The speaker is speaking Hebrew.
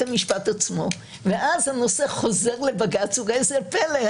המשפט עצמו ואז הנושא חוזר לבג"צ וראה זה פלא,